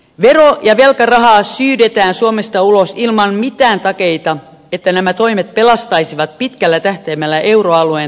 vero ja velkarahaa syydetään suomesta ulos ilman mitään takeita että nämä toimet pelastaisivat pitkällä tähtäimellä euroalueen talouden